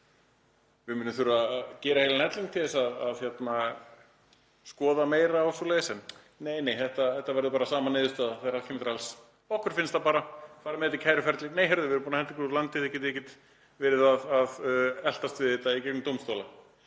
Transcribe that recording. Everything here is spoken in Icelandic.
Við munum þurfa að gera heilan helling til að skoða meira og svoleiðis en nei, þetta verður bara sama niðurstaða þegar allt kemur til alls. Okkur finnst það bara. Farið með þetta í kæruferli — nei, heyrðu, við erum búin að henda ykkur úr landi. Þið getið ekki verið að eltast við þetta í gegnum dómstóla.